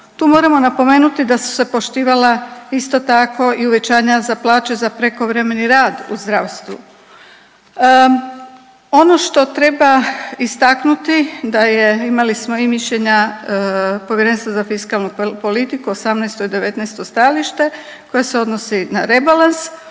Tu moramo napomenuti da su se poštivala isto tako i uvećanja za plaće za prekovremeni rad u zdravstvu. Ono što treba istaknuti da je, imali smo i mišljenja Povjerenstva za fiskalnu politiku 18. i 19. stajalište koje se odnosi na rebalans.